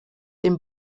dem